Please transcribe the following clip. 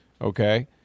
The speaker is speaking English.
Okay